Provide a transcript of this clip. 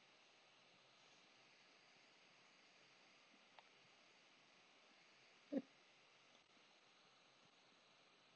mm